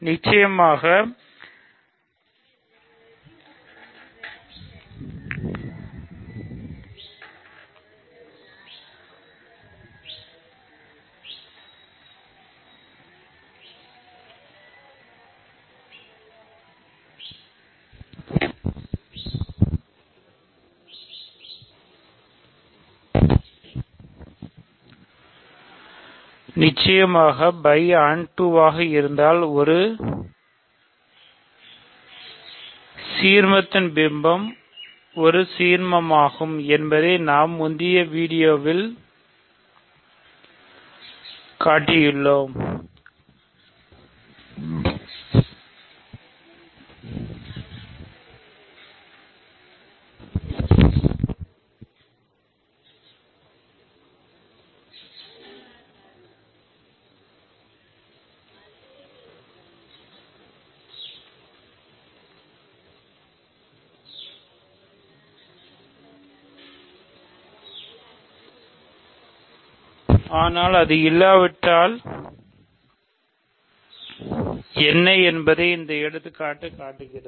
நிச்சயமாகபை onto வாக இருந்தால் ஒரு ன்சீர்மத்தின் பிம்பம் ஒரு சீர்மமாகும் என்பதை நாம் முந்தைய பகுதியில் காட்டியுள்ளோம் ஆனால் அது இல்லாவிட்டால் என்ன என்பதை இந்த எடுத்துக்காட்டு காட்டுகிறது